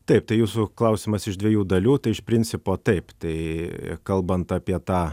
taip tai jūsų klausimas iš dviejų dalių tai iš principo taip tai kalbant apie tą